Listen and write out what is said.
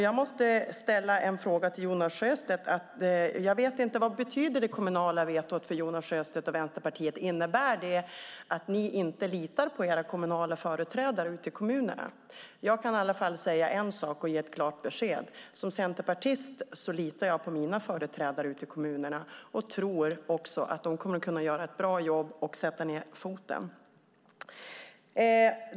Jag måste ställa en fråga till Jonas Sjöstedt. Vad betyder det kommunala vetot för Jonas Sjöstedt och Vänsterpartiet? Innebär det att ni inte litar på era företrädare ute i kommunerna? Jag kan i alla fall säga en sak och ge ett klart besked: Som centerpartist litar jag på mina företrädare ute i kommunerna och tror också att de kommer att kunna göra ett bra jobb och sätta ned foten.